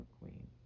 Queen